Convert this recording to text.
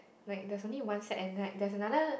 like there's only one set and like there's another